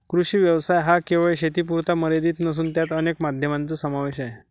कृषी व्यवसाय हा केवळ शेतीपुरता मर्यादित नसून त्यात अनेक माध्यमांचा समावेश आहे